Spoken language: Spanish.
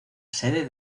sede